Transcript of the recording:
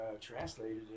translated